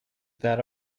that